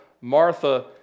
Martha